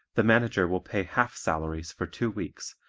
the manager will pay half salaries for two weeks,